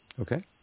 Okay